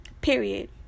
Period